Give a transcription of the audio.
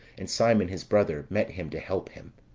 and simon, his brother, met him to help him.